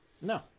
No